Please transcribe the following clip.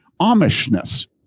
Amishness